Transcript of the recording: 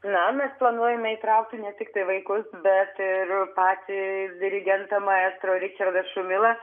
na mes planuojame įtraukti ne tiktai vaikus bet ir patį dirigentą maestro ričardą šumilą